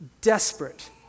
desperate